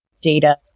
data